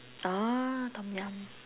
ah Tom-Yum